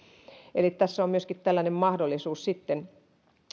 eli tässä on myöskin tällainen mahdollisuus